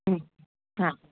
ಹ್ಞೂ ಹಾಂ